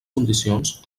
condicions